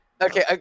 Okay